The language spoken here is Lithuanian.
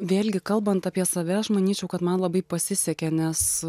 vėlgi kalbant apie save aš manyčiau kad man labai pasisekė nes